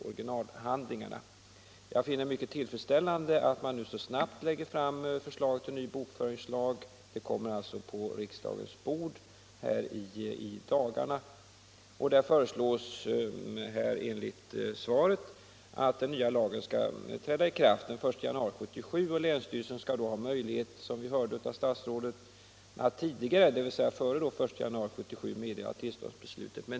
Jag finner det mycket tillfredsställande att man så snabbt lägger fram förslaget till ny bokföringslag; det kommer ju på riksdagens bord i dagarna. Där föreslås enligt svaret att den nya lagen skall träda i kraft den 1 januari 1977. Som vi hörde av statsrådet skall länsstyrelsen ha möjlighet att före denna tidpunkt meddela tillståndsbeslutet.